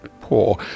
poor